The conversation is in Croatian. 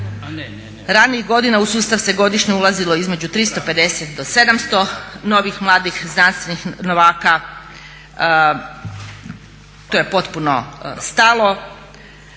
Ranijih godina u sustav se godišnje ulazilo između 350 do 700 novih mladih znanstvenih novaka. To je potpuno stalo.